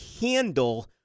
handle